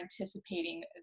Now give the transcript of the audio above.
anticipating